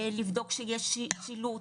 לבדוק שיש שילוט.